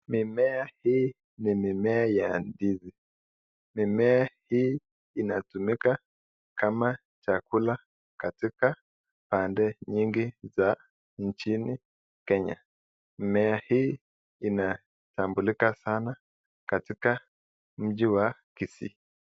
Mimea hii ni mimea ya ndizi mimea hii inatumika kama chakula katika pande nyingi za nchini kenya. Mimea hii inatambulika sana katika mji wa Kisii.